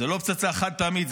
זו לא פצצה חד-פעמית.